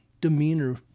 demeanor